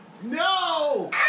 No